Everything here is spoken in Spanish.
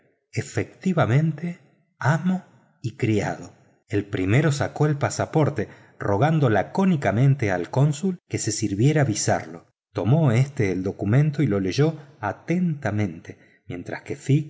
efectivamente amo y criado el primero sacó el pasaporte rogando lacónicamente al cónsul que se sirviera visarlo tomó éste el documento y lo leyó atentamete mientras fix